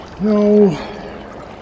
No